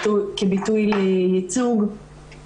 כביטוי לייצוג,